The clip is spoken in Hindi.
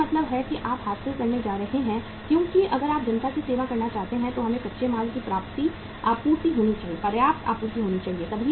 इसका मतलब है कि आप हासिल करने जा रहे हैं क्योंकि अगर आप जनता की सेवा करना चाहते हैं तो हमें कच्चे माल की पर्याप्त आपूर्ति होनी चाहिए